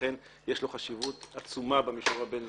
ולכן יש לו חשיבות עצומה במישור הבין-לאומי.